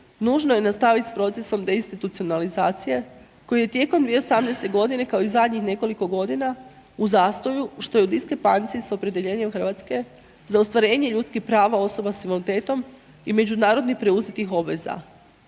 nužno je nastaviti s procesom deinstitucionalizacije koji je tijekom 2018. g. kao i zadnjih nekoliko godina u zastoju što je u diskrepanciji sa opredjeljenjem Hrvatske za ostvarenje ljudskih prava osoba sa invaliditetom i međunarodnih preuzetih obveza.